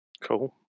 Cool